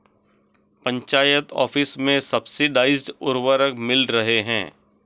panchayat office में subsidised उर्वरक मिल रहे हैं